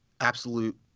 absolute –